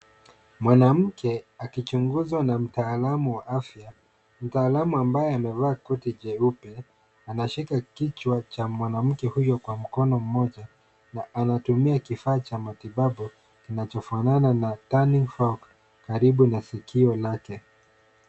Mwanamke akichunguzwa na mtaalamu wa afya, mtaalamu ambaye amevaa koti jeupe anashika kichwa cha mwanamke huyo kwa mkono mmoja na anatumia kifaa cha matibabu kinachofanana na turning fork karibu na sikio lake.